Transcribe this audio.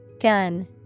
Gun